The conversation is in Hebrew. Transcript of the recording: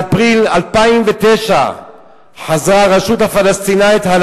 באפריל 2009 חזרה הרשות הפלסטינית על